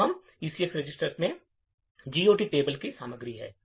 तो अब ECX register में GOT टेबल की सामग्री है